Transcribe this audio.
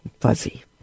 fuzzy